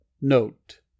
Note